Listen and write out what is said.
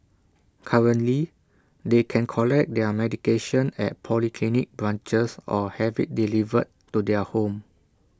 currently they can collect their medication at polyclinic branches or have IT delivered to their home